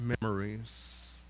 memories